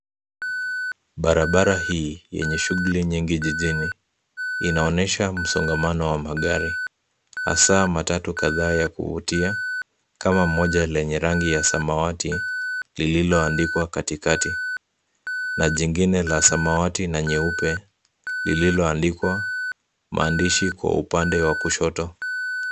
Barabara hii yenye shughuli nyingi jijini. Inaonyesha msongamano wa magari hasaa matatu kadhaa ya kuvutia kama moja lenye rangi ya samawati lililoandikwa katikati na jingine la samawati na nyeupe lililoandikwa maandishi kwa upande wa kushoto.